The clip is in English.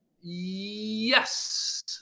Yes